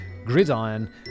gridiron